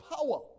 power